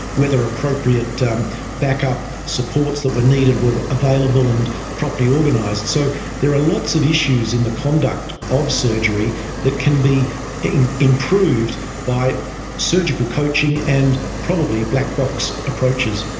whether appropriate um backup supports that were needed were available and properly organised. so there are lots of issues in the conduct of surgery that can be improved by surgical coaching and probably black box approaches.